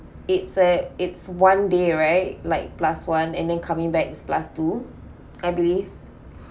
it's a it's one day right like plus one and then coming back is plus two I believe